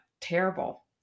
terrible